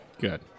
Good